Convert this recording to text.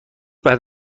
بعد